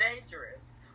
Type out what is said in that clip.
dangerous